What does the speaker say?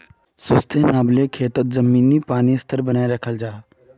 sustainable खेतित ज़मीनी पानीर स्तर बनाए राखाल जाहा